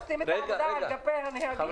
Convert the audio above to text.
אז מה, עושים את העבודה על גבי הנהגים?